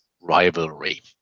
rivalry